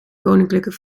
koninklijke